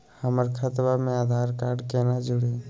हमर खतवा मे आधार कार्ड केना जुड़ी?